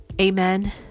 Amen